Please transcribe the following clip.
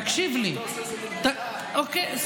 תקשיב לי, תקשיב לי.